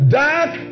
dark